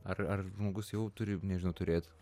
ar ar žmogus jau turi nežinau turėt